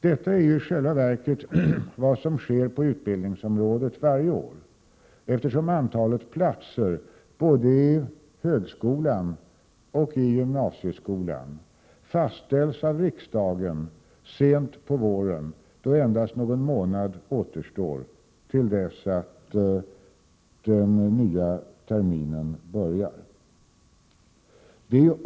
Detta är i själva verket vad som sker på utbildningsområdet varje år, eftersom antalet platser både i högskolan och i gymnasieskolan fastställs av riksdagen sent på våren, då endast någon månad återstår till dess att den nya terminen börjar.